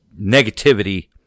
negativity